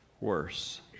worse